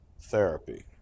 therapy